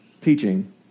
teaching